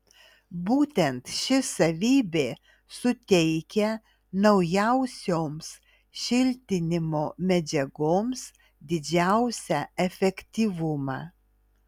būtent ši savybė suteikia naujausioms šiltinimo medžiagoms didžiausią efektyvumą